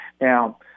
Now